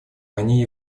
они